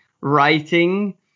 writing